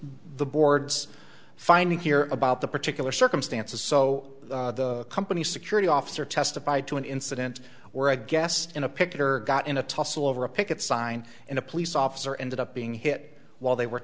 the board's finding here about the particular circumstances so the company security officer testified to an incident where i guess in a picture got in a tussle over a picket sign in a police officer ended up being hit while they were